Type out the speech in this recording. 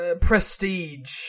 Prestige